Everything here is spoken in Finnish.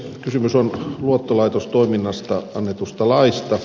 kysymys on luottolaitostoiminnasta annetusta laista